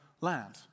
land